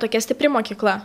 tokia stipri mokykla